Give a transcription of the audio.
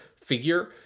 figure